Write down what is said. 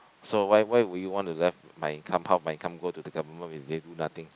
so why why would you want to left my income my half my income go to the government when they do nothing